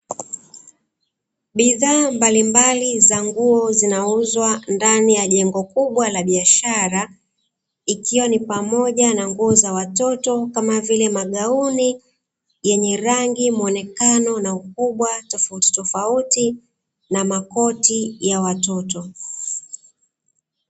Bidhaa mbalimbali za nguo zinauzwa ndani ya jengo kubwa la biashara, ikiwa ni pamoja na nguo za watoto kama vile magauni yenye rangi, muonekano na ukubwa tofautitofauti na makoti ya watoto.